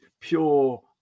pure